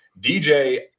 DJ